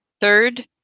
Third